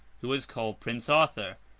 who was called prince arthur,